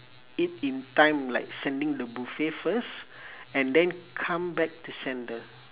it in time like sending the buffet first and then come back to send the